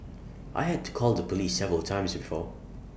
I had to call the Police several times before